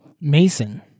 Mason